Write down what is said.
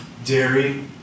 dairy